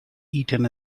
eaten